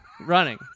running